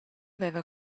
veva